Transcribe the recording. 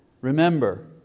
Remember